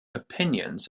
opinions